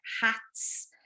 hats